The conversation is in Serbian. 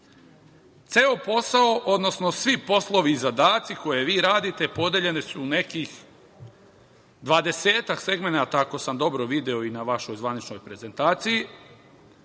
posao, odnosno svi poslovi i zadaci koje vi radite podeljeni su u nekih 20-ak segmenata, ako sam dobro video na vašoj zvaničnoj prezentaciji.